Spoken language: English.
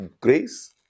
grace